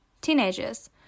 teenagers